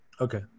Okay